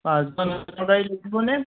পাঁচজন